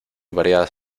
variadas